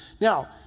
Now